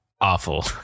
awful